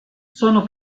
sono